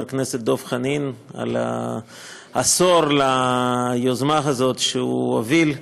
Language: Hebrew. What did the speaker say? הכנסת דב חנין על עשור ליוזמה הזאת שהוא הוביל.